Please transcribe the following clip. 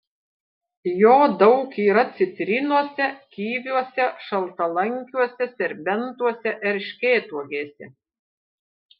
jo daug yra citrinose kiviuose šaltalankiuose serbentuose erškėtuogėse